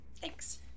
thanks